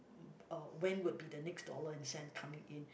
uh when would be the next dollar and cent coming in